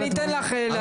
אני אתן לך להגיב.